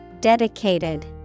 Dedicated